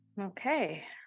Okay